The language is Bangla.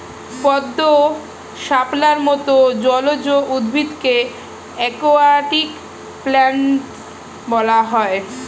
পদ্ম, শাপলার মত জলজ উদ্ভিদকে অ্যাকোয়াটিক প্ল্যান্টস বলা হয়